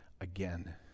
again